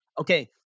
Okay